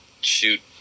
shoot